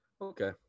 Okay